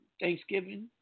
Thanksgiving